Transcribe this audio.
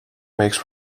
makes